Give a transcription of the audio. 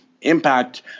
impact